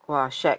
!wah! shag